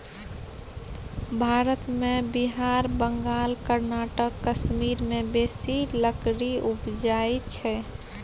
भारत मे बिहार, बंगाल, कर्नाटक, कश्मीर मे बेसी लकड़ी उपजइ छै